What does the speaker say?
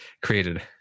created